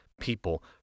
people